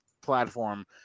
platform